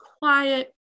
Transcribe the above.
quiet